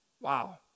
Wow